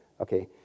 okay